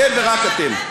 אתם ורק אתם.